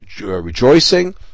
Rejoicing